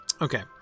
Okay